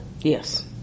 Yes